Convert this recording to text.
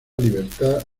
libertad